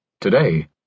Today